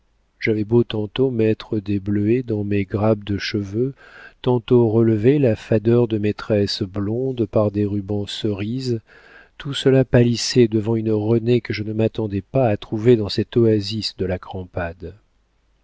j'avais beau tantôt mettre des bleuets dans mes grappes de cheveux tantôt relever la fadeur de mes tresses blondes par des rubans cerise tout cela pâlissait devant une renée que je ne m'attendais pas à trouver dans cette oasis de la